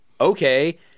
okay